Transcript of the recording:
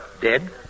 Dead